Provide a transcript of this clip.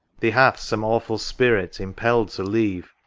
thee hath some awful spirit impelled to leave,